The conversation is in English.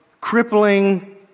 crippling